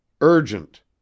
Urgent